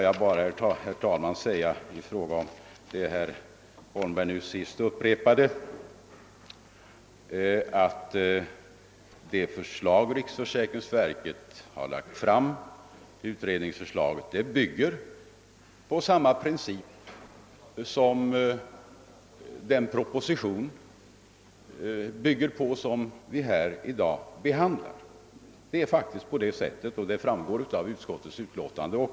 Vad sedan gäller det som herr Holmberg sade sist vill jag bara erinra om att det utredningsförslag som riksförsäkringsverket lagt fram bygger på samma princip som den proposition vi nu behandlar. Detta framgår också av utskottets utlåtande.